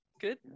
Good